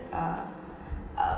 ah uh